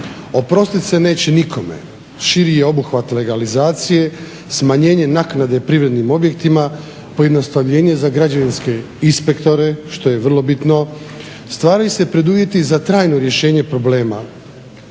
Oprostit se neće nikome, širi je obuhvat legalizacije, smanjenje naknade privrednim objektima, pojednostavljenje za građevinske inspektore što je vrlo bitno. Stvaraju se preduvjeti za trajno rješenje problema,